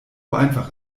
einfach